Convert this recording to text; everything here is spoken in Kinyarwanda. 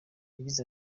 yagize